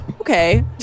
okay